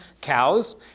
cows